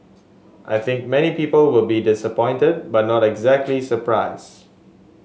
I think many people will be disappointed but not exactly surprised